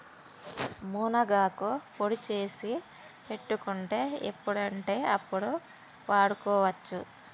మునగాకు పొడి చేసి పెట్టుకుంటే ఎప్పుడంటే అప్పడు వాడుకోవచ్చు